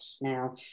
now